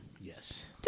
Yes